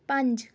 ਪੰਜ